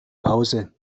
pause